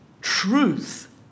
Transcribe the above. truth